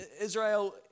Israel